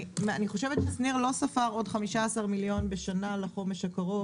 אני חושבת ששניר לא ספר עוד 15 מיליון בשנה לחומש הקרוב.